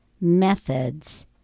methods